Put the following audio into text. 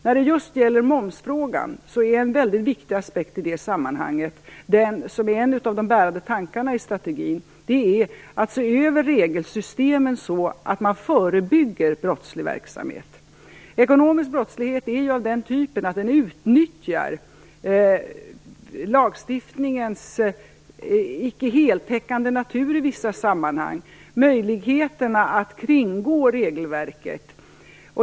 När det gäller just momsfrågan är en väldigt viktig aspekt i sammanhanget att se över regelsystemen så att man förebygger brottslig verksamhet. Det är också en av de bärande tankarna i strategin. Ekonomisk brottslighet är ju av den typen att den utnyttjar lagstiftningens i vissa sammanhang icke heltäckande natur, dvs. möjligheterna att kringgå regelverket.